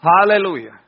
Hallelujah